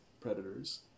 predators